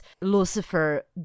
Lucifer